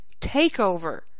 takeover